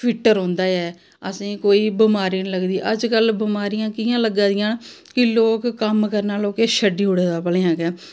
fit रौंह्दा ऐ असें गी कोई बमारी निं लगदी अजकल्ल बमारियां कि'यां लग्गा दियां कि लोग कम्म करना लोकें छड़ी ओड़े दा भलेआं गै